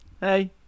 Hey